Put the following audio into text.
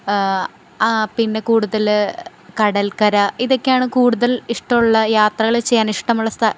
പിന്നെ കൂടുതൽ കടൽക്കര ഇതൊക്കെയാണ് കൂടുതൽ ഇഷ്ടമുള്ള യാത്രകൾ ചെയ്യാൻ ഇഷ്ടമുള്ള സ്ഥ